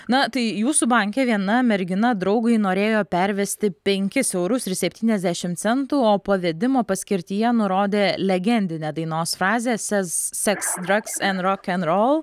na tai jūsų banke viena mergina draugui norėjo pervesti penkis eurus ir septyniasdešimt centų o pavedimo paskirtyje nurodė legendinę dainos frazę sez seks drags en rokenrol